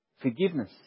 forgiveness